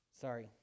Sorry